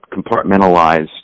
compartmentalized